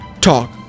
talk